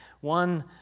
One